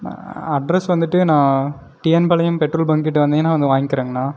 address வந்துவிட்டு நான் TN Palayam petrol பங்க்கிட்ட வந்திங்கன்னா வந்து வாய்ங்க்கிறேங்கணா